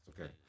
okay